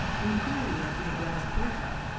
inferior to the bread of persia,